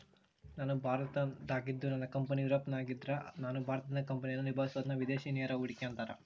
ನಾನು ಭಾರತದಾಗಿದ್ದು ನನ್ನ ಕಂಪನಿ ಯೂರೋಪ್ನಗಿದ್ದ್ರ ನಾನು ಭಾರತದಿಂದ ಕಂಪನಿಯನ್ನ ನಿಭಾಹಿಸಬೊದನ್ನ ವಿದೇಶಿ ನೇರ ಹೂಡಿಕೆ ಅಂತಾರ